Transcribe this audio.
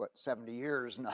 but seventy years now